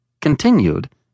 continued—